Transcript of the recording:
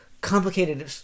complicated